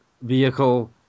vehicle